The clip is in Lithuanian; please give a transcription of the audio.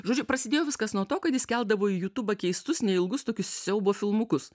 žodžiu prasidėjo viskas nuo to kad jis keldavo į jutūbą keistus neilgus tokius siaubo filmukus